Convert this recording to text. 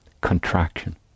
contraction